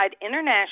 International